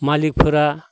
मालिखफोरा